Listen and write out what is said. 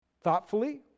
Thoughtfully